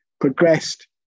progressed